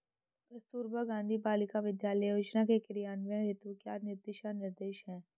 कस्तूरबा गांधी बालिका विद्यालय योजना के क्रियान्वयन हेतु क्या दिशा निर्देश हैं?